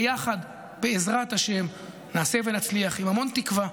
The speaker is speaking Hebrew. ביחד, בעזרת השם, נעשה ונצליח, עם המון תקווה,